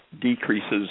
decreases